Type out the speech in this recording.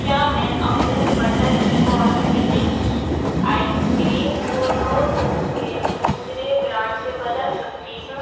کیا میں Amul butterscotch bliss ice cream کو نوٹ بک کے دوسرے برانڈ سے بدل سکتی ہوں